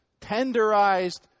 tenderized